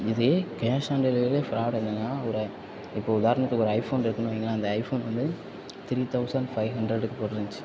இதே cash on டெலிவரியே fraud என்னான்னா ஒரு இப்போ உதாரணத்துக்கு ஒரு ஐஃபோன்ருக்குன்னு வைங்களேன் அந்த ஐஃபோன் வந்து த்ரீ தொளசண்ட் ஃபைவ் ஹண்ட்ரடுக்கு போட்ருந்துச்சு